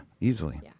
easily